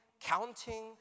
counting